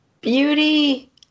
Beauty